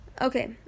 okay